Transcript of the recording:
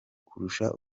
kurusha